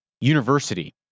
University